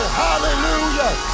hallelujah